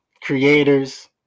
creators